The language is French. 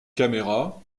caméra